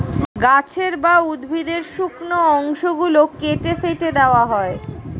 গাছের বা উদ্ভিদের শুকনো অংশ গুলো কেটে ফেটে দেওয়া হয়